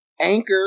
Anchor